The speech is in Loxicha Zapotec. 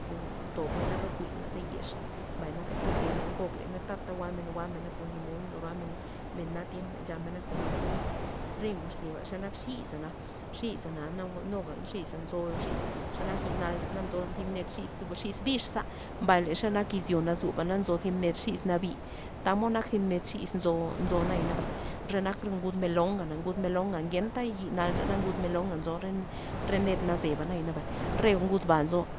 Tobmena lo kuy naze yexa, mbay naze kotemena ngoj le na tata jwa'men- jwa'mena kon limon nzo roamen na tiemp re nchamena kon mayonez re ngud xlyeba ze nak xi'sana xi'sana na nuga xi'sa nzo xi's, xa nak nalre na nzo thi ned xi's bix za mbay xenak xi's yo nazuba nzo thib ned xi's nabi tamod nak thib ned xi's nzo nzo naya nabay re nak re nguda melona ngud melona ngenta lo yi nalre melon nzo re ned nazeba nabay re ngudba nzo.